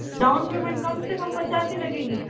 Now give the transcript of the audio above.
down payment कम से कम पचास ही लगेगी